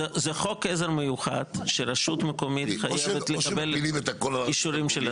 זה חוק עזר מיוחד שרשות מקומית חייבת לקבל אישורים.